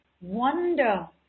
wonder